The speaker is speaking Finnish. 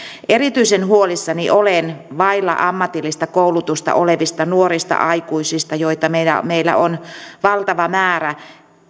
erityisen huolissani olen vailla ammatillista koulutusta olevista nuorista aikuisista joita meillä on meillä on valtava määrä